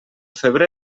febrer